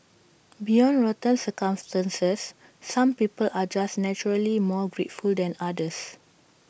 beyond rotten circumstances some people are just naturally more grateful than others